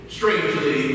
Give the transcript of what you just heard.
Strangely